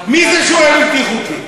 מי זה שוהה בלתי חוקי?